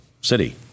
city